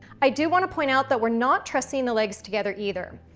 i do wanna point out that we're not trusting the legs together either.